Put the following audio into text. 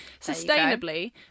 Sustainably